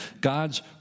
God's